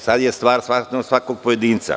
Sada je stvar svakog pojedinca.